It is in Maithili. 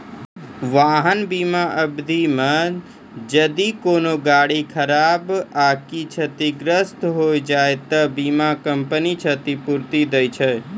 वाहन बीमा अवधि मे जदि कोनो गाड़ी खराब आकि क्षतिग्रस्त होय जाय छै त बीमा कंपनी क्षतिपूर्ति दै छै